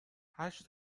هشت